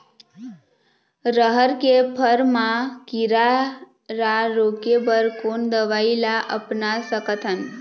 रहर के फर मा किरा रा रोके बर कोन दवई ला अपना सकथन?